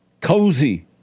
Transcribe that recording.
Cozy